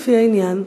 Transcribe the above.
לפי העניין.